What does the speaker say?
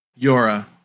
Yora